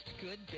good